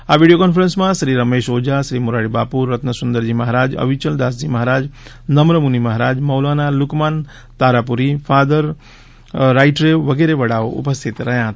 આ વીડિયો કોન્ફરન્સમાં શ્રી રમેશ ઓઝા શ્રી મોરારી બાપુ રત્ન સુદરજી મહારાજ અવિચલદાસજી મહારાજ નુમ્રમુનિ મહારાજ મૌલાના લુકમાન નાહાપુરી ફાધર રાઇટરેવ વગેરે વડાઓ ઉપસ્થિત રહ્યા હતા